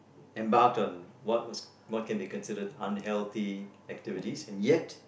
embarked on what was what can be considered unhealthy activities and yet